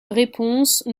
réponse